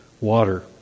water